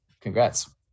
Congrats